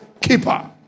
keeper